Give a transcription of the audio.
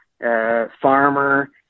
Farmer